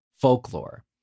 folklore